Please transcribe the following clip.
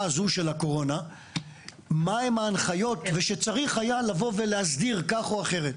הזו של הקורונה מה הן ההנחיות ושצריך היה לבוא ולהסדיר כך או אחרת.